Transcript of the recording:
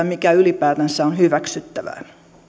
mikä ylipäätänsä on hyväksyttävää